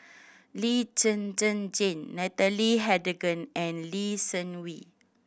Lee Zhen Zhen Jane Natalie Hennedige and Lee Seng Wee